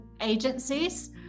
agencies